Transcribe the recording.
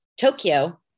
Tokyo